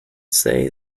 say